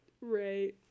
Right